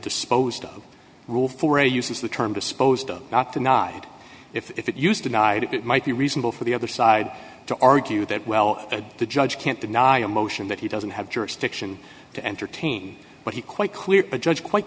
disposed of rule for a uses the term disposed of not denied if it used to night it might be reasonable for the other side to argue that well the judge can't deny a motion that he doesn't have jurisdiction to entertain but he quite clear the judge quite